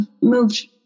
moved